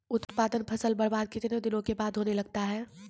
उत्पादन फसल बबार्द कितने दिनों के बाद होने लगता हैं?